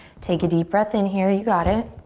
take a deep breath in here, you got it.